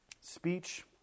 Speech